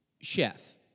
chef